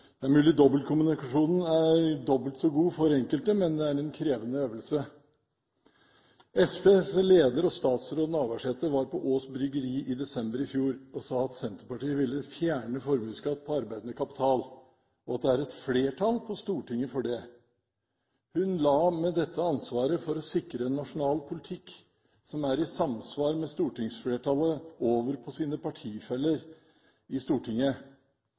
Det er mulig dobbeltkommunikasjonen er dobbelt så god for enkelte, men det er en krevende øvelse. Senterpartiets leder og statsråd, Liv Signe Navarsete, var på Aass Bryggeri i desember i fjor og sa at Senterpartiet ville fjerne formuesskatt på arbeidende kapital, og at det var et flertall på Stortinget for det. Hun la med dette ansvaret for å sikre en nasjonal politikk som er i samsvar med stortingsflertallet, over på sine partifeller i Stortinget.